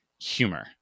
humor